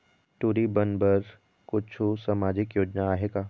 टूरी बन बर कछु सामाजिक योजना आहे का?